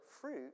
fruit